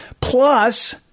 Plus